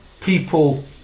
people